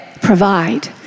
provide